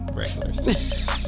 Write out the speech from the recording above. regulars